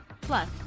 Plus